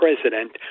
president